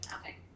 Okay